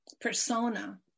persona